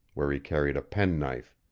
where he carried a pen-knife.